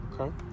Okay